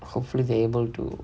hopefully be able to